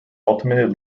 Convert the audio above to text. ultimately